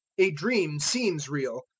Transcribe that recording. a dream seems real,